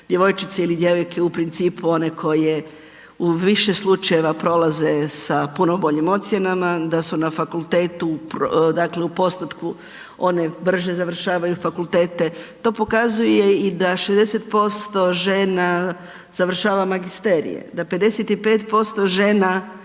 djevojčice ili djevojke u principu one koje u više slučajeva prolaze sa puno boljim ocjenama, da su na fakultetu dakle u postotku one brže završavaju fakultete. To pokazuje i da 60% žena završava magisterije, da 55% žena